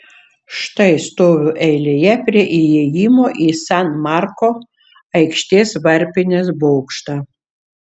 štai stoviu eilėje prie įėjimo į san marko aikštės varpinės bokštą